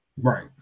right